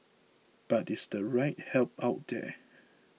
but is the right help out there